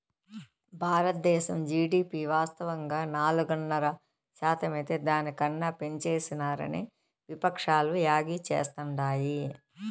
బారద్దేశం జీడీపి వాస్తవంగా నాలుగున్నర శాతమైతే దాని కన్నా పెంచేసినారని విపక్షాలు యాగీ చేస్తాండాయి